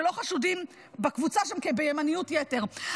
שלא חשודים בקבוצה שם בימניות יתר,